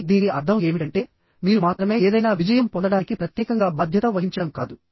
కానీ దీని అర్థం ఏమిటంటేమీరు మాత్రమే ఏదైనా విజయం పొందడానికి ప్రత్యేకంగా బాధ్యత వహించడం కాదు